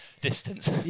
distance